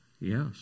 Yes